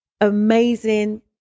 amazing